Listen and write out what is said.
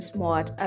Smart